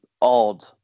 odd